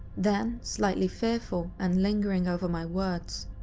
then, slightly fearful and lingering over my words,